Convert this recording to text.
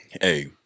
Hey